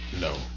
No